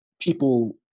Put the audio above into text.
people